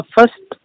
First